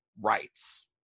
rights